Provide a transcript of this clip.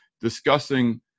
discussing